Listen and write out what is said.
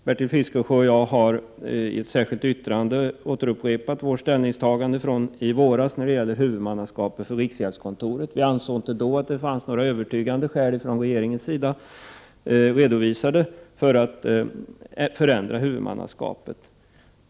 Bertil Fiskesjö och jag har i ett särskilt yttrande upprepat vårt ställningstagande från i våras om huvudmannaskap för riksgäldskontoret. Vi ansåg inte då att regeringen hade redovisat några övertygande skäl för att förändra huvudmannaskapet.